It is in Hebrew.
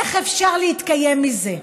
איך אפשר להתקיים מזה?